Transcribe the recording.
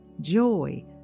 joy